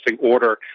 order